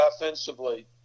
offensively